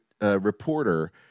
Reporter